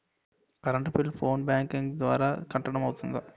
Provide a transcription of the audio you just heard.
Current bill phone banking ద్వారా కట్టడం అవ్తుందా?